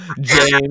James